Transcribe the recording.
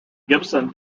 gibson